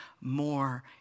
more